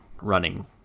running